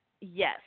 Yes